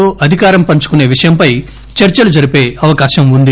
తో అధికారం పంచుకునే విషయంపై చర్సలు జరిపే అవకాశం వుంది